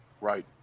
Right